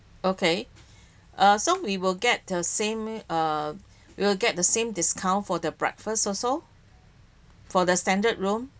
okay uh so we will get the same err we will get the same discount for the breakfast also for the standard room